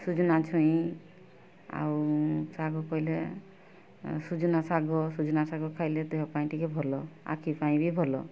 ସୁଜୁନା ଛୁଇଁ ଆଉ ଶାଗ ପଇଲେ ସୁଜୁନା ଶାଗ ସୁଜୁନା ଶାଗ ଖାଇଲେ ଦେହ ପାଇଁ ଟିକେ ଭଲ ଆଖି ପାଇଁ ବି ଭଲ